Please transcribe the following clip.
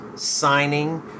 signing